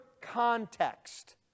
context